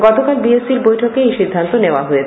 গতকাল B A সির বৈঠকে এই সিদ্ধান্ত নেওয়া হয়েছে